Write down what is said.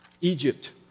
Egypt